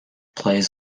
plays